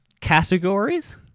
categories